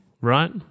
right